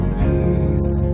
peace